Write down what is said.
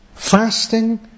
Fasting